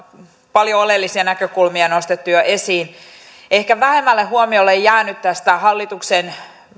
paljon oleellisia näkökulmia nostettu jo esiin ehkä vähemmälle huomiolle on jäänyt tästä hallituksen